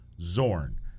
Zorn